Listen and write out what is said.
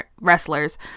wrestlers